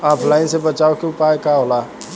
ऑफलाइनसे बचाव के उपाय का होला?